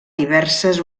diverses